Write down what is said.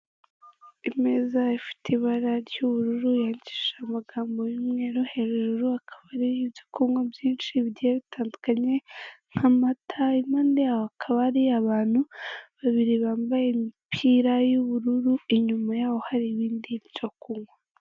Imeza ifite ibara ry'ubururu yandikishije amagambo y'umweru hejuru hakaba hariho ibyo kunywa byinshi bigiye bitandukanye nk'amata impande yaho hakaba hari abantu babiri bambaye imipira y'ubururu inyuma yaho hari ibindi byo kunywa.